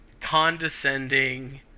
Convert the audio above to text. condescending